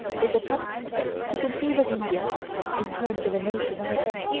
is attempt to conceive of india in terms of an ocean island,